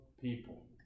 people